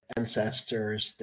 ancestors